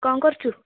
କଣ କରୁଛୁ